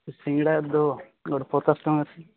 ସିଙ୍ଗଡ଼ା ଦେବ ମୋର ପଚାଶ ଟଙ୍କା ଅଛି